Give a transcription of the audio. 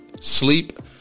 sleep